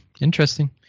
Interesting